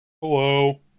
Hello